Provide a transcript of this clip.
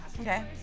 Okay